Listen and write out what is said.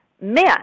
Men